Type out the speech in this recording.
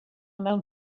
mewn